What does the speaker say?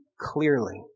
clearly